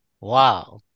Wow